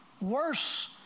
worse